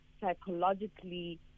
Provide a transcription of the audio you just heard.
psychologically